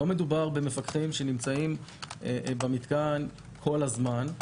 לא מדובר במפקחים שנמצאים במתקן כל הזמן.